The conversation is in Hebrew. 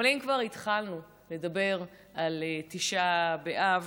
אבל אם כבר התחלנו לדבר על תשעה באב,